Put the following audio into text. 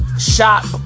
shot